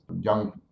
young